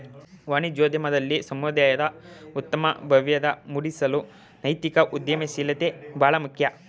ವಾಣಿಜ್ಯೋದ್ಯಮದಲ್ಲಿ ಸಮುದಾಯದ ಉತ್ತಮ ಬಾಂಧವ್ಯ ಮೂಡಿಸಲು ನೈತಿಕ ಉದ್ಯಮಶೀಲತೆ ಬಹಳ ಮುಖ್ಯ